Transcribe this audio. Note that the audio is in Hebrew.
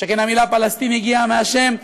שכן המילה "פלסטין" הגיעה מהשם פלשתינה,